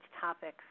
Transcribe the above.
topics